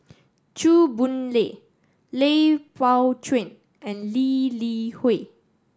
Chew Boon Lay Lui Pao Chuen and Lee Li Hui